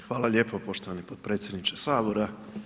Hvala lijepo poštovani potpredsjedniče sabora.